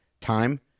time